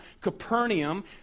Capernaum